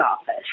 office